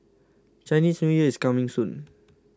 Chinese New Year is coming soon